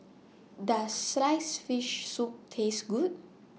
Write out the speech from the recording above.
Does Sliced Fish Soup Taste Good